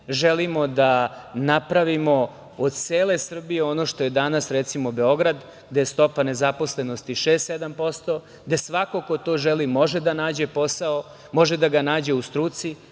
Želimo da napravimo od cele Srbije ono što je recimo danas Beograd, gde je stopa nezaposlenosti 6 ili 7%, gde svako ko to želi može da nađe posao, može da ga nađe u struci,